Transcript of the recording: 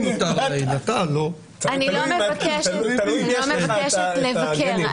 מבקשת לבקר.